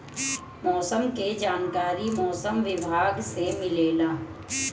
मौसम के जानकारी मौसम विभाग से मिलेला?